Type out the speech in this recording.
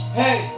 hey